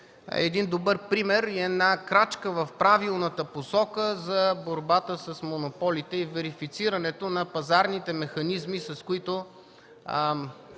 един добър пример и една крачка в правилната посока за борбата с монополите и верифицирането на пазарните механизми, с които